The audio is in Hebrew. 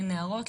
לנערות,